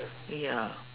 ya